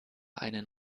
einen